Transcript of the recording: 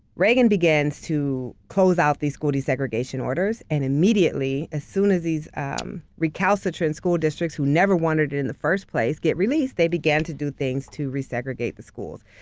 reagan begins to close out these school desegregation orders and immediately as soon as these um recalcitrant school districts who never wanted it in the first place get released they began to do things to resegregate the schools.